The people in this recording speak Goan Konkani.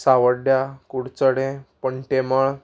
सावड्ड्यां कुडचडें पंटेमळ